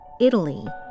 Italy